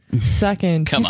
second